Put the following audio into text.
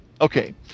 Okay